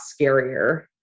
scarier